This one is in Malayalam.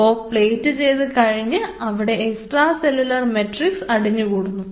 അപ്പോ പ്ലേറ്റ് ചെയ്ത് കഴിഞ്ഞ് അവിടെ എക്സ്ട്രാ സെല്ലുലാർ മെട്രിക്സ് അടിഞ്ഞുകൂടുന്നു